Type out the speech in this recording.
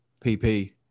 PP